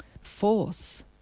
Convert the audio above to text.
force